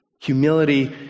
Humility